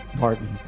Martin